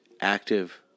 active